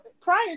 prior